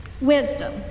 Wisdom